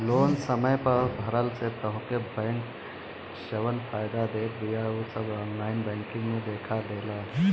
loan समय पअ भरला से तोहके बैंक जवन फायदा देत बिया उ सब ऑनलाइन बैंकिंग में देखा देला